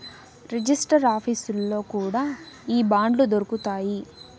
register ఆఫీసుల్లో కూడా ఈ బాండ్లు దొరుకుతాయి